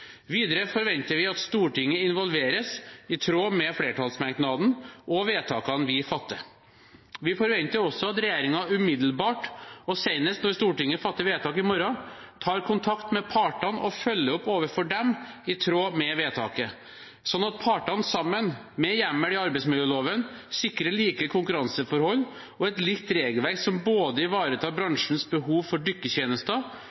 Videre forventer vi at Stortinget involveres i tråd med flertallsmerknaden og vedtakene vi fatter. Vi forventer også at regjeringen umiddelbart og senest når Stortinget fatter vedtak i morgen, tar kontakt med partene og følger opp overfor dem i tråd med vedtaket, slik at partene sammen, med hjemmel i arbeidsmiljøloven, sikrer like konkurranseforhold og et likt regelverk som ivaretar både